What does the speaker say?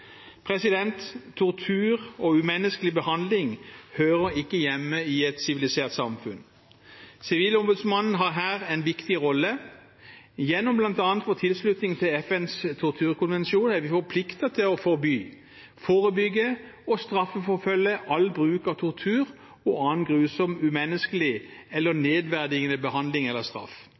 Tortur og umenneskelig behandling hører ikke hjemme i et sivilisert samfunn. Sivilombudsmannen har her en viktig rolle. Gjennom bl.a. vår tilslutning til FNs torturkonvensjon er vi forpliktet til å forby, forebygge og straffeforfølge all bruk av tortur og annen grusom, umenneskelig eller nedverdigende behandling eller straff.